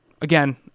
again